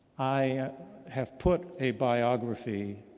i have put a biography